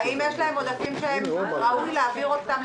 האם יש להם עודפים שראוי להעביר אותם?